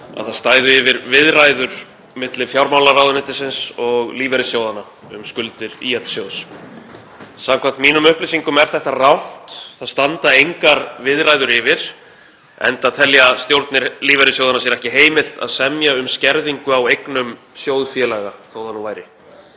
að það stæðu yfir viðræður milli fjármálaráðuneytisins og lífeyrissjóðanna um skuldir ÍL-sjóðs. Samkvæmt mínum upplýsingum er þetta rangt. Það standa engar viðræður yfir enda telja stjórnir lífeyrissjóðanna sér ekki heimilt að semja um skerðingu á eignum sjóðfélaga, þó það nú væri.